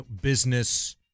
business